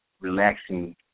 relaxing